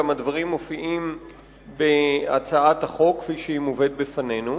גם הדברים מופיעים בהצעת החוק כפי שהיא מובאת בפנינו,